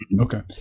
Okay